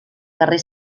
carrer